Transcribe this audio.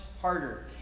harder